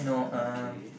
okay